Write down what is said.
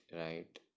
right